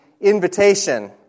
invitation